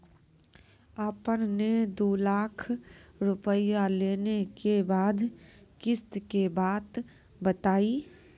आपन ने दू लाख रुपिया लेने के बाद किस्त के बात बतायी?